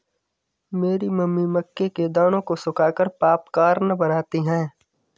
मेरी मम्मी मक्के के दानों को सुखाकर पॉपकॉर्न बनाती हैं